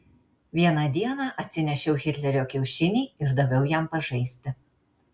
vieną dieną atsinešiau hitlerio kiaušinį ir daviau jam pažaisti